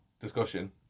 discussion